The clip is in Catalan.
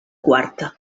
quarta